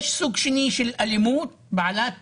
יש סוג שני של אלימות בעלת